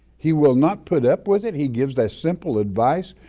he will not put up with it, he gives that simple advice,